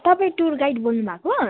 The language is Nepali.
तपाईँ टुर गाइड बोल्नुभएको